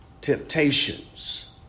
temptations